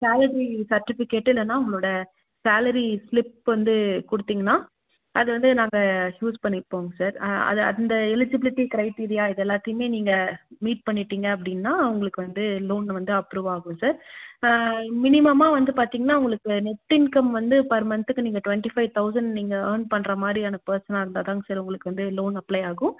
salary certificate இல்லைன்னா உங்களோடய salary slip வந்து கொடுத்தீங்னா அது வந்து நாங்கள் யூஸ் பண்ணிப்போங்க சார் அது அந்த எலிஜிப்லிட்டி க்ரைடீரியா இதெல்லாத்தையுமே நீங்கள் மீட் பண்ணிட்டிங்க அப்படின்னா உங்களுக்கு வந்து லோன் வந்து அப்ரூவ் ஆகும் சார் மினிமம்மா வந்து பார்த்தீங்னா உங்களுக்கு நெட் இன்கம் வந்து பர் மந்த்துக்கு நீங்கள் ட்வென்ட்டி ஃபைவ் தௌசண்ட் நீங்கள் ஏர்ன் பண்ணுறமாதிரியான பேர்ஸனாக இருந்தாதாங்க சார் உங்களுக்கு வந்து லோன் அப்ளே ஆகும்